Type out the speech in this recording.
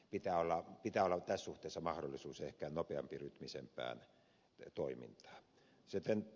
pitää olla tässä suhteessa mahdollisuus ehkä nopearytmisempään toimintaan